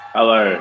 Hello